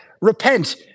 repent